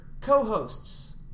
co-hosts